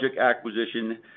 acquisition